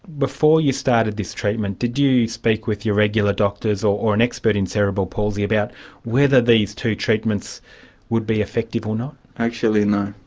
before you started this treatment, did you speak with your regular doctors, or or an expert in cerebral palsy about whether these two treatments would be effective or not? actually no,